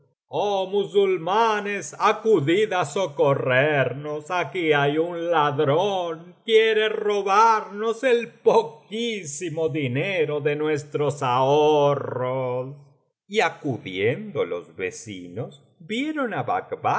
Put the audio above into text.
oh musulmanes acudid á socorrernos aquí hay un ladrón quiere robarnos el poquísimo dinero de nuestros ahorros y biblioteca valenciana generalitat valenciana istoria del jorobado acudiendo los vecinos vieron á bacbac